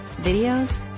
videos